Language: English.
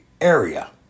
area